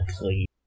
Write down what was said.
please